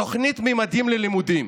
תוכנית "ממדים ללימודים"